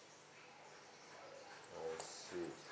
I see